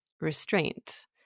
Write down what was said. restraint